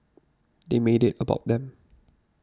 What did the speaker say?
they made it about them